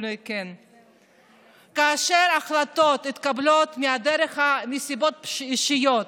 כאשר החלטות מתקבלות מסיבות אישיות,